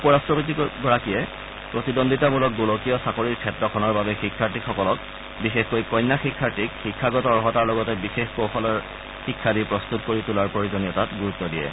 উপ ৰাট্টপতিগৰাকীয়ে প্ৰতিদ্বন্দ্বিতামূলক গোলকীয় চাকৰিৰ ক্ষেত্ৰখনৰ বাবে শিক্ষাৰ্থীসকলক বিশেষকৈ কন্যা শিক্ষাৰ্থীক শিক্ষাগত অৰ্হতাৰ লগতে বিশেষ কৌশলেৰ শিক্ষা দি প্ৰস্তুত কৰি তোলাৰ প্ৰয়োজনীয়তাত গুৰুত দিয়ে